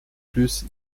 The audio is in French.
plus